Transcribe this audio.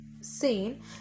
seen